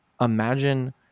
imagine